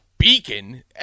Beacon